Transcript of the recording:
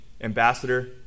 ambassador